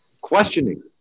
questioning